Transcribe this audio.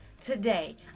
today